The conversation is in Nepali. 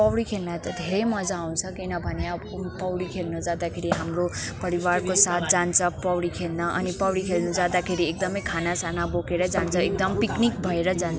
पौडी खेल्न त धेरै मज्जा आउँछ किनभने अब पौडी खेल्न जाँदाखेरि हाम्रो परिवारको साथ जान्छ पौडी खेल्न अनि पौडी खेल्न जाँदाखेरि एकदमै खानासाना बोकेरै जान्छ एकदम पिक्निक भएर जान्छ